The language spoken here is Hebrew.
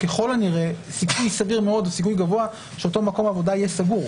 ככל הנראה סיכוי סביר מאוד או סיכוי גבוה שאותו מקום עבודה יהיה סגור.